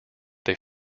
they